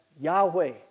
Yahweh